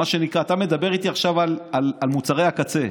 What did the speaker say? אתה מדבר איתי עכשיו על מוצרי הקצה.